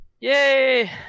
Yay